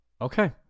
Okay